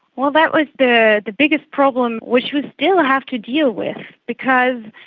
well, that was the the biggest problem which we still have to deal with because,